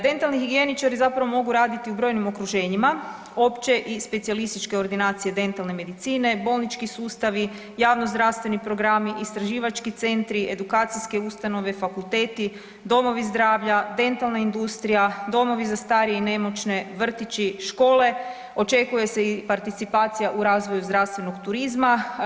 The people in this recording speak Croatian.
Dentalni higijeničari zapravo mogu raditi u brojnim okruženjima, opće i specijalističke ordinacije dentalne medicine, bolnički sustavi, javnozdravstveni programi, istraživački centri, edukacijske ustanove, fakulteti, domovi zdravlja, dentalna industrija, domovi za starije i nemoćne, vrtići, škole, očekuje se i participacija u razvoju zdravstvenog turizma.